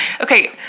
Okay